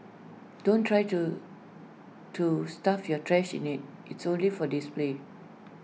don't try to to stuff your trash in IT it's only for display